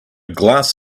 glass